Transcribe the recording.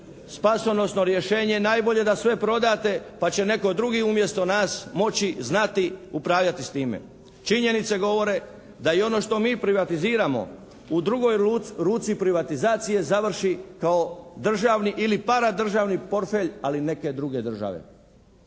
spasonosno rješenje najbolje da sve prodate pa će netko drugi umjesto nas moći znati upravljati s time. Činjenice govore da i ono što mi privatiziramo u drugi privatizacije završi kao državni ili para državni portfelj ali neke druge države.